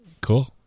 Cool